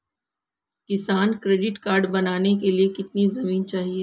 किसान credit card बनाने के लिए कितनी जमीन चाहिए?